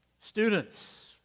Students